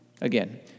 Again